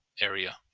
area